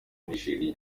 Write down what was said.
nigeria